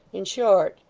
in short,